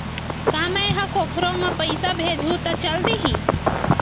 का मै ह कोखरो म पईसा भेजहु त चल देही?